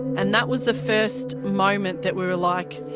and that was the first moment that we were like,